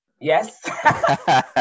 Yes